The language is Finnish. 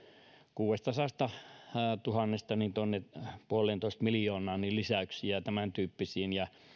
kuudestasadastatuhannesta tuonne puoleentoista miljoonaan lisäyksiä tämäntyyppisiin ja